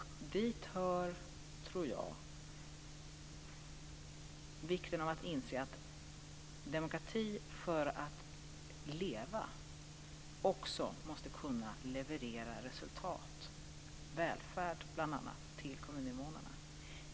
Dit hör, tror jag, vikten av att inse att demokrati för att leva också måste kunna leverera resultat, bl.a. välfärd, till kommuninvånarna.